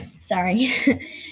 Sorry